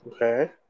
Okay